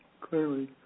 clearly